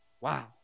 Wow